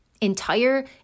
Entire